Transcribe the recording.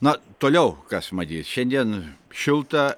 na toliau kas matyt šiandien šilta